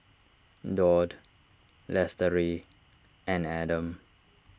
Daud Lestari and Adam